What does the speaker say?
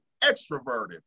extroverted